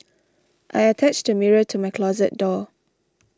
I attached a mirror to my closet door